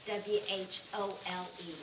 W-H-O-L-E